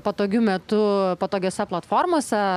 patogiu metu patogiose platformose